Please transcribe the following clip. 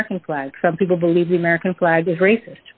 american flag some people believe the american flag is raci